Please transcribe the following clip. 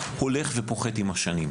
הולך ופוחת עם השנים.